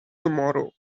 tomorrow